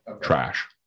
trash